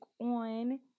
on